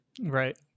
Right